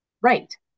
Right